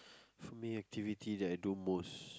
for me activity that I do most